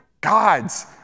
God's